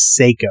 Seiko